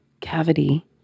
cavity